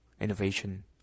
innovation